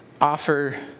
Offer